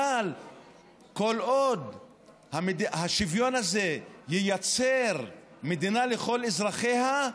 אבל כל עוד השוויון הזה ייצר מדינה לכל אזרחיה,